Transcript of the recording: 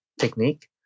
technique